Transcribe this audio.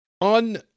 on